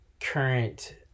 current